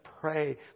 Pray